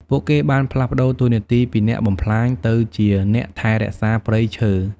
ពួកគេបានផ្លាស់ប្តូរតួនាទីពីអ្នកបំផ្លាញទៅជាអ្នកថែរក្សាព្រៃឈើ។